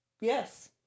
Yes